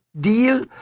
deal